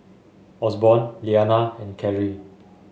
Osborn Liana and Cary